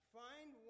find